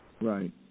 Right